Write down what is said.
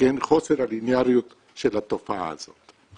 חוסר הלינאריות של התופעה הזאת.